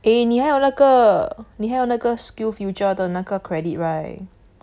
eh 你还有那个你还有那个 SkillsFuture 的那个 credit right